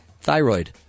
thyroid